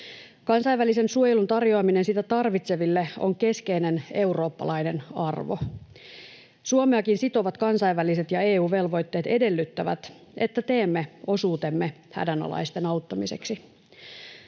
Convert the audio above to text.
Kansainvälisen suojelun tarjoaminen sitä tarvitseville on keskeinen eurooppalainen arvo. Suomeakin sitovat kansainväliset ja EU-velvoitteet edellyttävät, että teemme osuutemme hädänalaisten auttamiseksi.